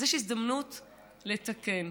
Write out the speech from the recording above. אז יש הזדמנות לתקן,